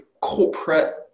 corporate